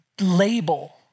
label